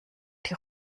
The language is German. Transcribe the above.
die